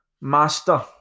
master